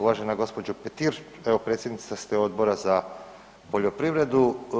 Uvažena gospođo Petir evo predsjednica ste Odbora za poljoprivredu.